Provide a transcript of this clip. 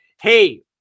hey